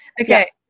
Okay